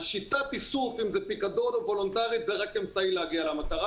שיטת האיסוף אם זה פיקדון או וולונטרית זה רק אמצעי להגיע למטרה,